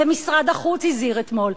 משרד החוץ הזהיר אתמול,